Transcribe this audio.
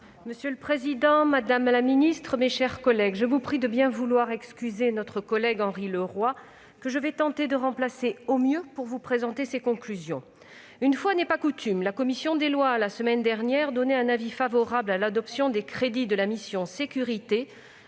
Monsieur le président, madame la ministre, mes chers collègues, je vous prie de bien vouloir excuser Henri Leroy, que je tenterai de remplacer au mieux pour présenter ses conclusions. Une fois n'est pas coutume, la semaine dernière, la commission des lois a donné un avis favorable à l'adoption des crédits de la mission « Sécurités »